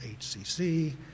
HCC